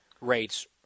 rates